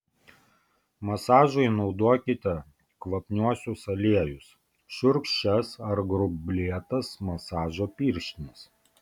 masažui naudokite kvapniuosius aliejus šiurkščias ar gruoblėtas masažo pirštines